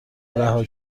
رها